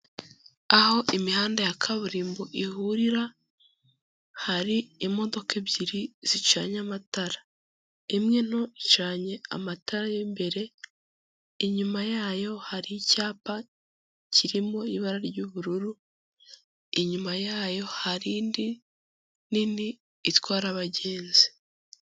Aho imihanda ya kaburimbo ihurira hari imodoka ebyiri zicanye amatara, imwe nto icanye amatara y'imbere, inyuma yayo hari icyapa kirimo ibara ry'ubururu, inyuma yayo hari indi nini itwara abagenzi.